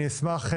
אני אשמח,